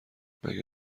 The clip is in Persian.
مگه